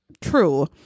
true